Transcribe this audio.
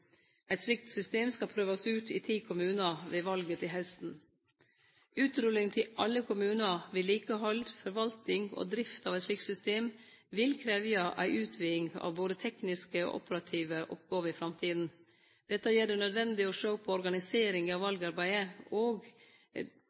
Eit slikt system skal prøvast ut i ti kommunar ved valet til hausten. Utrullering til alle kommunar, vedlikehald, forvaltning og drift av eit slikt system vil krevje ei utviding av både tekniske og operative oppgåver i framtida. Dette gjer det nødvendig å sjå på organiseringa av valarbeidet,